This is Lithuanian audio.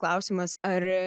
klausimas ar